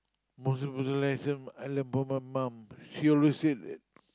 most important lesson I learnt from my mom she always said